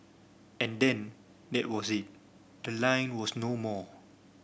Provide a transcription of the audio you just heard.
and then that was it the line was no more